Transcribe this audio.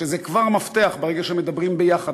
שזה כבר מפתח ברגע שמדברים ביחד.